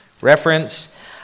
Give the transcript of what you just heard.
reference